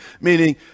meaning